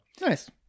Nice